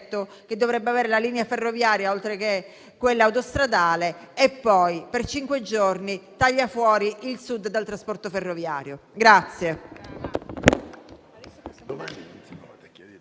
che dovrebbe avere la linea ferroviaria, oltre che quella autostradale, e poi per cinque giorni taglia fuori il Sud dal trasporto ferroviario.